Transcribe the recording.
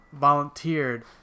volunteered